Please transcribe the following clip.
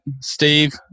Steve